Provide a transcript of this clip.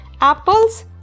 apples